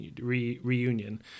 reunion